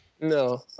No